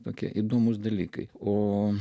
tokie įdomūs dalykai o